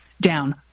down